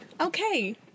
Okay